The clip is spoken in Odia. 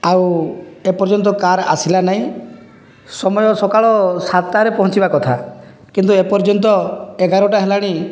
ଆଉ ଏପର୍ଯ୍ୟନ୍ତ କାର୍ ଆସିଲା ନାହିଁ ସମୟ ସକାଳ ସାତଟାରେ ପହଞ୍ଚିବା କଥା କିନ୍ତୁ ଏପର୍ଯ୍ୟନ୍ତ ଏଗାରଟା ହେଲାଣି